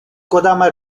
kodama